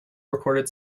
recorded